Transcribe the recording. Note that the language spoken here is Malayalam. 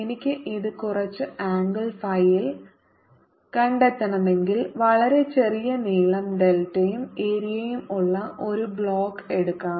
എനിക്ക് ഇത് കുറച്ച് ആംഗിൾ ഫൈയിൽ കണ്ടെത്തണമെങ്കിൽ വളരെ ചെറിയ നീളo ഡെൽറ്റയും ഏരിയയും ഉള്ള ഒരു ബോക്സ് എടുക്കാം